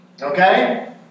Okay